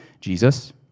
Jesus